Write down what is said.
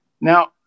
Now